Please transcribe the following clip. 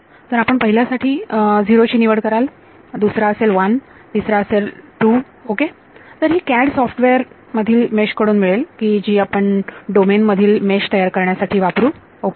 तर आपण पहिल्या साठी 0 ची निवड कराल दुसरा असेल 1 तिसरा असेल 2 ओके तर ही कॅड सॉफ्टवेअर मधील मेश कडून मिळेल की जी आपण डोमेन मधील मेश तयार करण्यासाठी वापरू ओके